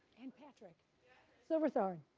and patrick silverthorne.